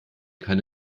keine